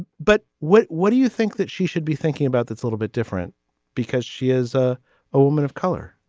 but what what do you think that she should be thinking about it's a little bit different because she is ah a woman of color